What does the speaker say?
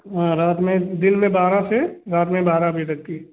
आँ रात मे दिन मे बारह से रात मे बारह बजे तक की